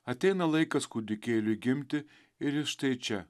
ateina laikas kūdikėliui gimti ir jis štai čia